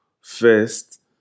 first